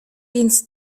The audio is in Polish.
więc